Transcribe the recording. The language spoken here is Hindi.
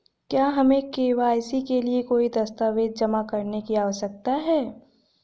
क्या हमें के.वाई.सी के लिए कोई दस्तावेज़ जमा करने की आवश्यकता है?